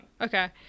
Okay